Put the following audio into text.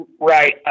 Right